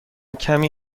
کمی